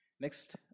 next